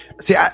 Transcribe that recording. See